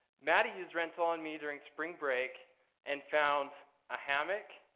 maddie used rental on me during spring break and found a hammock,